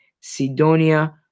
Sidonia